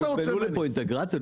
הוזמנו לפה אינטגרציות?